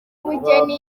ubugeni